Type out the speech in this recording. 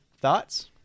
thoughts